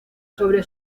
sobre